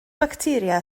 facteria